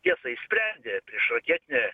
tiesa išsprendė priešraketinė